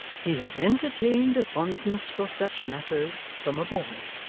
he had entertained a fondness for such matters from a boy,